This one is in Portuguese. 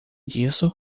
disso